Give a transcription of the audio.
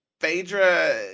Phaedra